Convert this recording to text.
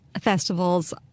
festivals